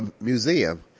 museum